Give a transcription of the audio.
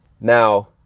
Now